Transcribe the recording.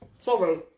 Sorry